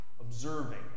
observing